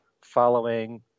following